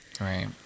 right